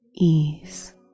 ease